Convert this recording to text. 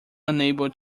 unable